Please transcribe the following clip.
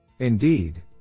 Indeed